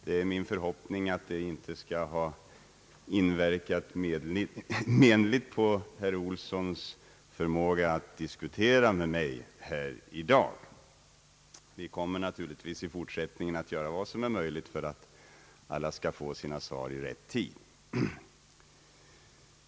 Det är min förhoppning att det inte skall ha inverkat menligt på herr Olssons förmåga att diskutera med mig här i dag. Vi kommer naturligtvis att i fortsättningen göra vad som är möjligt för att alla skall få sina svar i rätt tid.